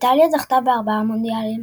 איטליה זכתה ב-4 מונדיאלים.